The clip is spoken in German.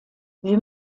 wir